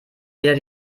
wieder